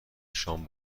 شام